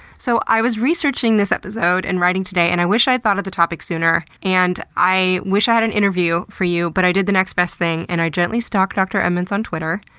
so i was researching this episode and writing today and i wish i had thought of the topic sooner. and i wish i had an interview for you, but i did the next best thing. and i gently stalked dr emmons on twitter,